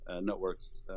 networks